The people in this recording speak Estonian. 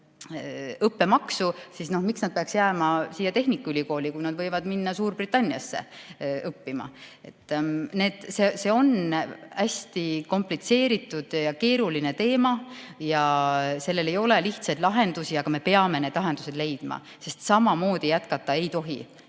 maksma nii kõrget õppemaksu, jääma siia tehnikaülikooli, kui nad võivad minna Suurbritanniasse õppima. See on hästi komplitseeritud, keeruline teema ja sellel ei ole lihtsaid lahendusi, aga me peame need lahendused leidma. Samamoodi jätkata ei tohi,